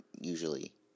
usually